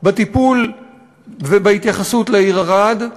בטיפול ובהתייחסות לעיר ערד,